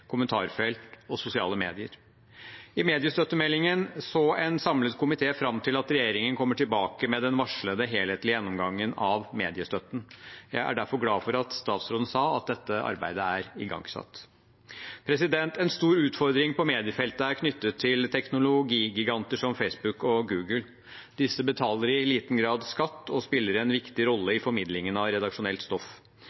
kommentarfelt og sosiale medier. I mediestøttemeldingen så en samlet komité fram til at regjeringen kommer tilbake med den varslede helhetlige gjennomgangen av mediestøtten. Jeg er derfor glad for at statsråden sa at dette arbeidet er igangsatt. En stor utfordring på mediefeltet er knyttet til teknologigiganter som Facebook og Google. Disse betaler i liten grad skatt og spiller en viktig rolle